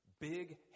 Big